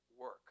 work